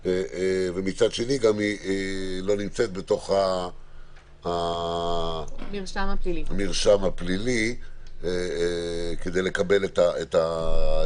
ומצד שני היא גם לא נמצאת בתוך המרשם הפלילי כדי לקבל את החומרים.